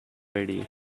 ready